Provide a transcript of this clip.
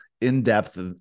in-depth